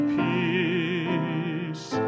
peace